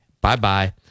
bye-bye